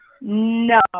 No